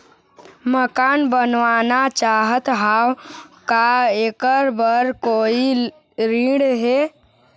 मकान बनवाना चाहत हाव, का ऐकर बर कोई ऋण हे?